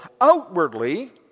outwardly